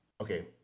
Okay